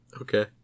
Okay